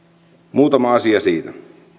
muutama asia siitä